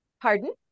Pardon